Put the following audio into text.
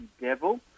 Devil